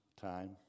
time